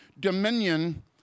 dominion